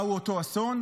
מהו אותו אסון?